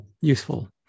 useful